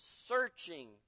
searching